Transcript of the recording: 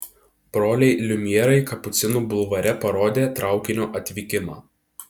broliai liumjerai kapucinų bulvare parodė traukinio atvykimą